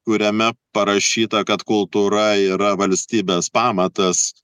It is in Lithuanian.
kuriame parašyta kad kultūra yra valstybės pamatas